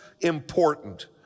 important